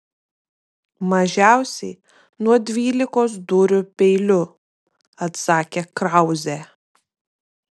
mažiausiai nuo dvylikos dūrių peiliu atsakė krauzė